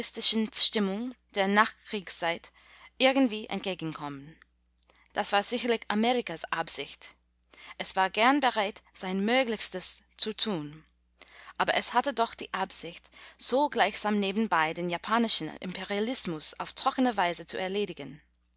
der nachkriegszeit irgendwie entgegenkommen das war sicherlich amerikas absicht es war gern bereit sein möglichstes zu tun aber es hatte doch die absicht so gleichsam nebenbei den japanischen imperialismus auf trockene weise zu erledigen